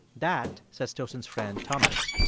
that, says tosin's friend thomas,